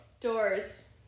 Doors